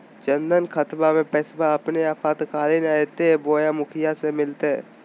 जन धन खाताबा में पैसबा अपने आपातकालीन आयते बोया मुखिया से मिलते?